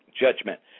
judgment